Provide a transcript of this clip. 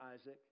Isaac